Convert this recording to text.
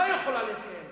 לא יכולה להתקיים דמוקרטיה.